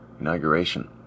inauguration